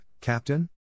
Captain